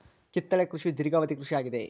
ಕಿತ್ತಳೆ ಕೃಷಿಯ ಧೇರ್ಘವದಿ ಕೃಷಿ ಆಗಿದೆ